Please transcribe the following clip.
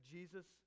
Jesus